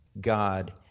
God